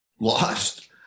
lost